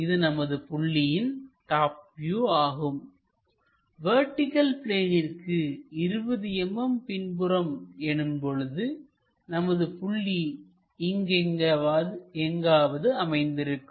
இது நமது புள்ளியின் டாப் வியூ ஆகும் வெர்டிகள் பிளேனிற்கு 20 mm பின்புறம் எனும்பொழுதுநமது புள்ளி இங்கு எங்காவது அமைந்திருக்கும்